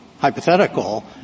Hypothetical